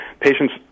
patients